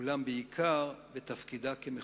אולם בעיקר בתפקידה כמחוקקת,